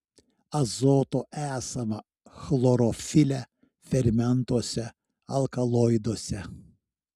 azoto esama chlorofile fermentuose alkaloiduose